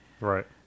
Right